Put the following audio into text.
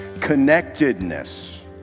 connectedness